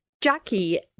Jackie